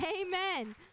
amen